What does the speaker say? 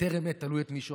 בטרם עת, תלוי את מי שואלים,